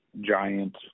giant